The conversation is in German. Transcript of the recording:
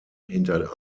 hinter